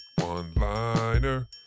one-liner